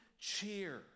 cheer